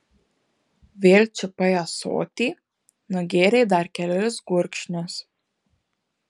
vėl čiupai ąsotį nugėrei dar kelis gurkšnius